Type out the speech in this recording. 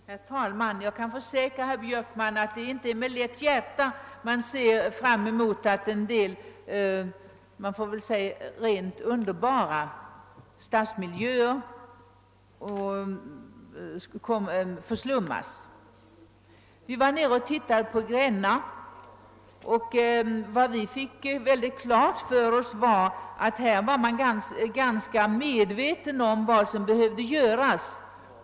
Herr talman! Jag kan försäkra herr Björkman att det inte är med lätt hjärta man ser fram mot att en del rent underbara stadsmiljöer förslummas. Vi var nere och tittade på Gränna. Vi fick klart för oss att man här är ganska medveten om vad som behöver göras.